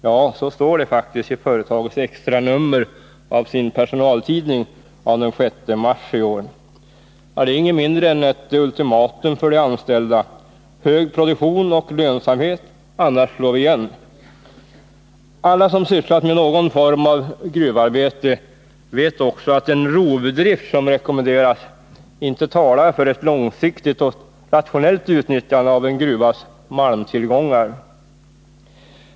Ja, så står det faktiskt i extranumret av företagets personaltidning av den 6 mars i år. Det är inget mindre än ett ultimatum för de anställda: Hög produktion och god lönsamhet, annars slår man igen. Alla som sysslat med någon form av gruvarbete vet också att den rovdrift som rekommenderas inte talar för ett långsiktigt och rationellt utnyttjande av en gruvas malmtillgångar.